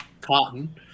Cotton